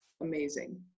amazing